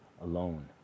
alone